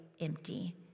empty